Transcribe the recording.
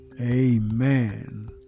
Amen